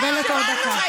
את מקבלת עוד אחת.